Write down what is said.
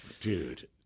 dude